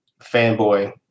fanboy